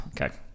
okay